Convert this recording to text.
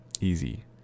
easy